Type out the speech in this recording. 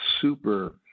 super